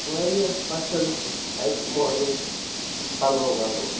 واریاہ پَسنٛد اَتہِ مالٕکۍ پَلو وَلو